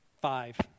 five